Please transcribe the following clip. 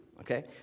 okay